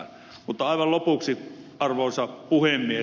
mutta aivan lopuksi arvoisa puhemies